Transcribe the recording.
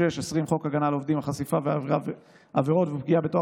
17. חוק דמי מחלה (היעדרות עקב היריון ולידה של בת זוג),